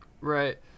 Right